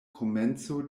komenco